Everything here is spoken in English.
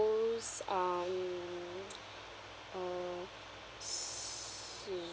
um uh